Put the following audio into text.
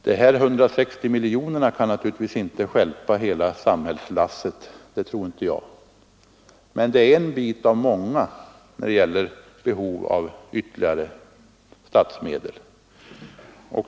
Dessa 160 miljoner kronor kan inte stjälpa hela samhällslasset — det tror jag naturligtvis inte — men det är en bit av många när det gäller att täcka behovet av ytterligare statsmedel.